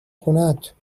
خونهت